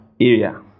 area